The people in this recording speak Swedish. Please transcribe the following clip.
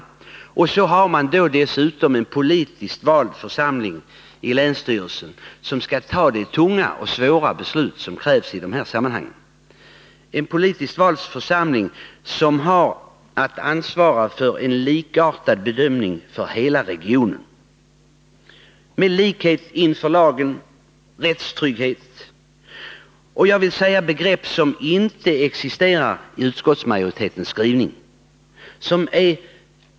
Dessutom har man i länsstyrelsen en politiskt Nr 48 vald församling som skall ta de tunga och svåra beslut som krävs i de här Torsdagen den sammanhangen — en politiskt vald församling som har att ansvara för en 10 december 1981 likartad bedömning för hela regionen, med likhet inför lagen, rättstrygghet och, vill jag säga, begrepp som inte existerar i utskottsmajoritetens skrivning.